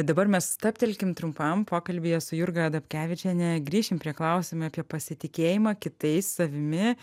dabar mes stabtelkim trumpam pokalbyje su jurga dapkevičiene grįšim prie klausimai apie pasitikėjimą kitais savimi